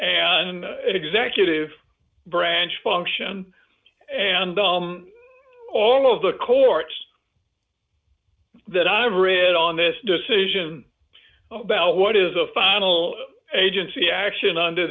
an executive branch function and all of the courts that i read on this decision about what is a final agency action under